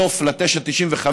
סוף ל-9.95,